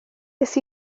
nes